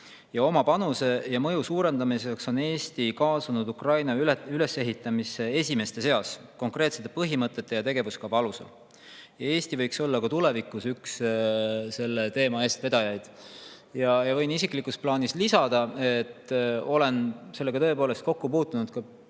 Oma panuse ja mõju suurendamiseks on Eesti kaasunud Ukraina ülesehitamisse esimeste seas, konkreetsete põhimõtete ja tegevuskava alusel. Eesti võiks olla ka tulevikus üks selle teema eestvedajaid. Võin isiklikus plaanis lisada, et olen sellega tõepoolest kokku puutunud ka isiklikult.